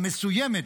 המסוימת,